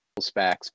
SPACs